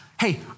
Hey